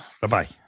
Bye-bye